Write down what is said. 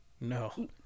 No